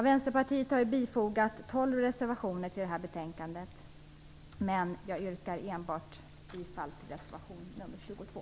Vänsterpartiet har fogat tolv reservationer till detta betänkande, men jag yrkar bifall enbart till reservation nr 22.